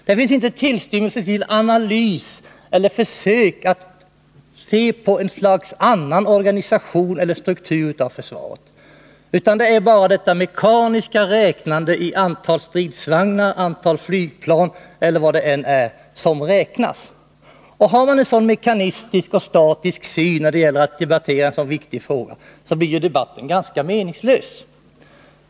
Det finns inte tillstymmelse till analys eller till försök att se på något slag av annan organisation eller struktur av försvaret, utan det är Besparingar inom S 3 fö bara detta mekaniska räknande i antal stridsvagnar, antal flygplan eller vad försvarsdeparte : S mentets verksamdet nu är som räknas. Har man en sådan mekanisk och statisk syn när det hetsområde gäller att debattera en sådan här viktigt fråga, så blir ju debatten ganska meningslös.